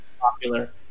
popular